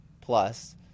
plus